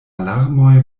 larmoj